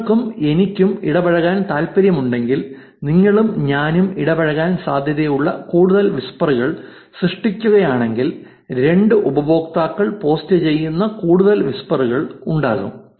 നിങ്ങൾക്കും എനിക്കും ഇടപഴകാൻ താൽപ്പര്യമുണ്ടെങ്കിൽ നിങ്ങളും ഞാനും ഇടപഴകാൻ സാധ്യതയുള്ള കൂടുതൽ വിസ്പറുകൾ സൃഷ്ടിക്കുകയാണെങ്കിൽ രണ്ട് ഉപയോക്താക്കൾ പോസ്റ്റുചെയ്യുന്ന കൂടുതൽ വിസ്പറുകൾ ഉണ്ടാകും